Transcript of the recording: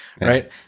right